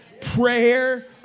Prayer